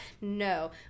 no